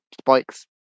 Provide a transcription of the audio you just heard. spikes